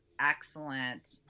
excellent